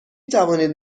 توانید